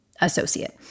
associate